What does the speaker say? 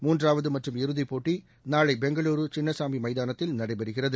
மூன்றாவது மற்றும் இறுதிப் போட்டி நாளை பெங்களுரு சின்னசாமி மைதானத்தில் நடைபெறுகிறது